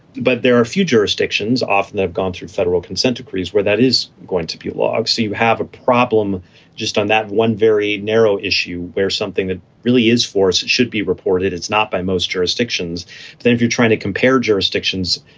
but there are few jurisdictions often have gone through federal consent decrees where that is going to be a log. so you have a problem just on that one very narrow issue where something that really is force should be reported. it's not by most jurisdictions then if you're trying to compare jurisdictions,